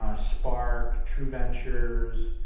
ah spark, true ventures,